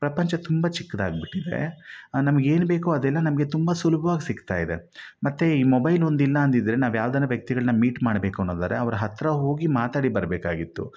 ಪ್ರಪಂಚ ತುಂಬ ಚಿಕ್ಕದಾಗ್ಬಿಟ್ಟಿದೆ ನಮಗೆ ಏನು ಬೇಕೋ ಅದೆಲ್ಲ ನಮಗೆ ತುಂಬ ಸುಲಭ್ವಾಗಿ ಸಿಗ್ತಾಯಿದೆ ಮತ್ತು ಈ ಮೊಬೈಲೊಂದು ಇಲ್ಲ ಅಂದಿದ್ದರೆ ನಾವು ಯಾವ್ದಾರ ವ್ಯಕ್ತಿಗಳನ್ನು ಮೀಟ್ ಮಾಡಬೇಕು ಅನ್ನೋದಾದರೆ ಅವ್ರ ಹತ್ರ ಹೋಗಿ ಮಾತಾಡಿ ಬರಬೇಕಾಗಿತ್ತು